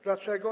Dlaczego?